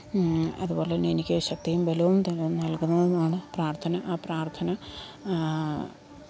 അതുപോലെ തന്നെ എനിക്ക് ശക്തിയും ബലവും ത നൽകുന്നതെന്നാണ് പ്രാർത്ഥന ആ പ്രാർത്ഥന